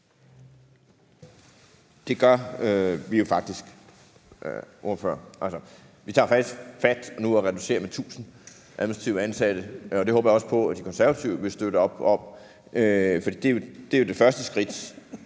Det gør vi jo faktisk, ordfører. Vi tager faktisk fat nu og reducerer med 1.000 administrativt ansatte, og det håber jeg også på at De Konservative vil støtte op om, for det er jo det første skridt.